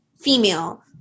female